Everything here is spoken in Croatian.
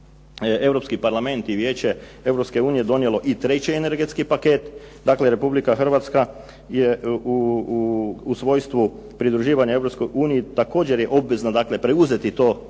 Europski parlament i Vijeće Europske unije donijelo i treći energetski paket, dakle Republika Hrvatska je u svojstvu pridruživanja Europskoj uniji također je obvezna dakle preuzeti to